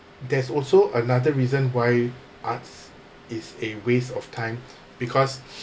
there's also another reason why arts is a waste of time because